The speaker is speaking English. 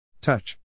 Touch